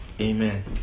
Amen